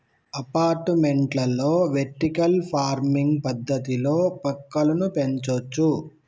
అపార్టుమెంట్లలో vertical farming పద్దతిలో మొక్కలను పెంచొచ్చు